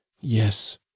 yes